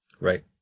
right